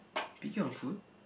picky on food